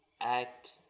act